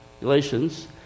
Galatians